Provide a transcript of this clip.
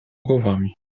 głowami